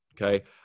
Okay